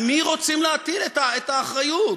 על מי רוצים להטיל את האחריות?